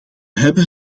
hebben